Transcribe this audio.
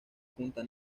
punta